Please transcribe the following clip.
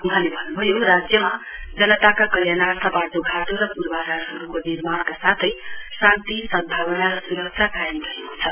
वहाँले भन्न्भयो राज्यमा जनताका कल्याणार्थ बाटोघाटो र पूर्वाधारहरूको निर्माणका साथै शान्ति सदभावना र स्रक्षा कायम रहेको छ